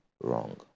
wrong